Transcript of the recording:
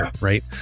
Right